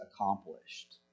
accomplished